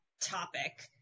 topic